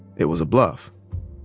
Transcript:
it was a bluff.